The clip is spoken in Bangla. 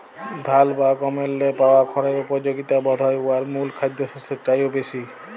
ধাল বা গমেল্লে পাওয়া খড়ের উপযগিতা বধহয় উয়ার মূল খাদ্যশস্যের চাঁয়েও বেশি